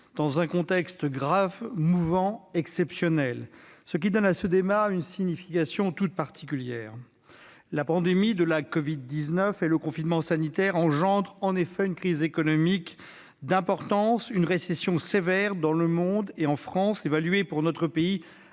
dans un contexte grave, mouvant, exceptionnel, ce qui donne à ce débat une signification toute particulière. La pandémie de covid-19 et le confinement sanitaire engendrent en effet une crise économique d'importance, une récession sévère dans le monde et en France, qui équivaut pour notre pays